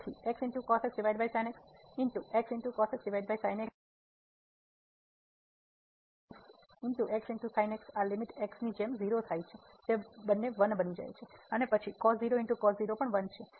તેથી અને હવે આપણે જાણીએ છીએ કે આ આ લીમીટ x ની જેમ 0 થાય છે તે 1 બની જાય છે અને પછી પણ 1 છે